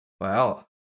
Wow